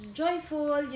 joyful